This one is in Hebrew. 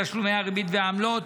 תשלומי הריבית והעמלות.